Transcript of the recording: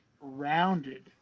rounded